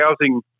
housing